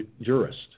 jurist